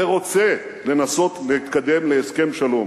ורוצה, לנסות לקדם הסכם שלום,